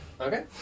Okay